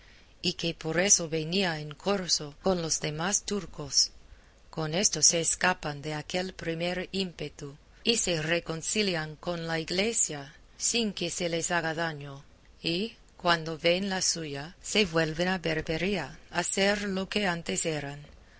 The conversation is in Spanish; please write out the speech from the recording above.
y que por eso venían en corso con los demás turcos con esto se escapan de aquel primer ímpetu y se reconcilian con la iglesia sin que se les haga daño y cuando veen la suya se vuelven a berbería a ser lo que antes eran